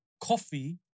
Coffee